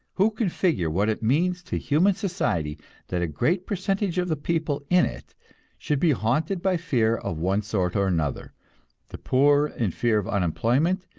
who can figure what it means to human society that a great percentage of the people in it should be haunted by fear of one sort or another the poor in fear of unemployment,